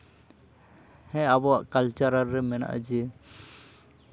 ᱦᱮᱸ ᱟᱵᱚᱣᱟᱜ ᱠᱟᱞᱪᱟᱨᱟᱞ ᱨᱮ ᱢᱮᱱᱟᱜᱼᱟ ᱡᱮ